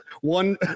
one